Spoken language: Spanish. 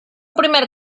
primer